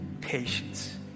patience